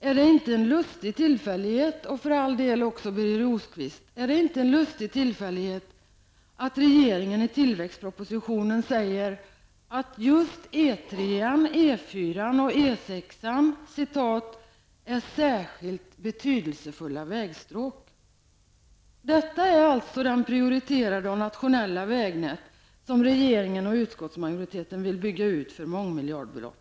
Är det inte en lustig ''tillfällighet'', Georg Andersson och Birger Rosqvist, att regeringen i tillväxtpropositionen säger att just E 3, E 4 och E 6 ''är särskilt betydelsefulla vägstråk''. Detta är alltså det prioriterade och nationella vägnät som regeringen och utskottsmajoriteten vill bygga ut för mångmiljardbelopp.